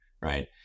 Right